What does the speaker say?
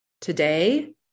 today